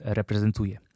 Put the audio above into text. reprezentuje